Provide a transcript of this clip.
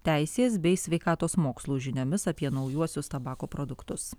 teisės bei sveikatos mokslų žiniomis apie naujuosius tabako produktus